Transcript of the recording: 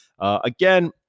again